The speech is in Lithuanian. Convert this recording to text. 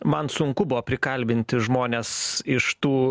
man sunku buvo prikalbinti žmones iš tų